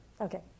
Okay